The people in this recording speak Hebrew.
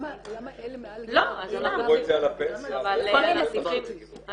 למה אלה מעל גיל -- אם --- על הפנסיה ------ אין סיבה,